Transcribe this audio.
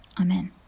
Amen